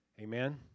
Amen